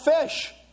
fish